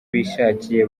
bishakiye